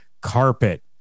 carpet